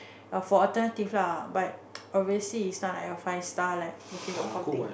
but for alternative lah but obviously is not like a five star leh booking dot com thing